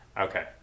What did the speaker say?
Okay